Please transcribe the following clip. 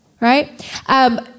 Right